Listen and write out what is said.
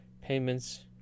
payments